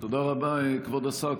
תודה רבה, כבוד השרה.